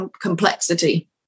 complexity